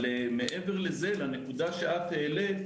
לנקודה שהעלית,